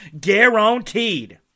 guaranteed